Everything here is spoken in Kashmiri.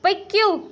پٔکِو